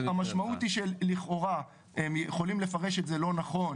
המשמעות היא שלכאורה הם יכולים לפרש את זה לא נכון